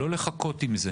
לא לחכות עם זה.